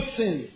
sin